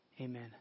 amen